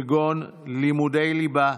כגון לימודי ליבה,